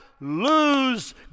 lose